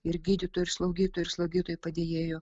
ir gydytojų ir slaugytojų ir slaugytojų padėjėjų